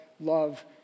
love